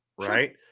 Right